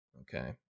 okay